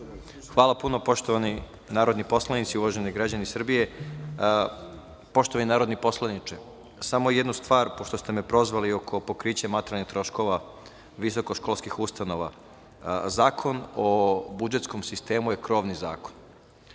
Hvala puno. Poštovani narodni poslanici, uvaženi građani Srbije, poštovani narodni poslaniče, samo jednu stvar, pošto ste me prozvali, oko pokrića materijalnih troškova visokoškolskih ustanova. Zakon o budžetskom sistemu je krovni zakon